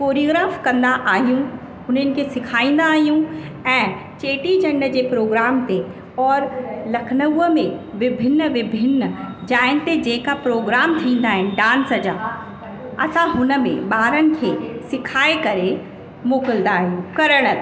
choreograph कंदा आहियूं हुननि खे सेखारींदा आहियूं ऐं चेटीचंड जे प्रोग्राम ते और लखनऊ में विभिन्न विभिन्न जाइंट जेका प्रोग्राम थींदा आहिनि डांस जा असां हुन में ॿारनि खे सेखारे करे मोकिलींदा आहियूं करण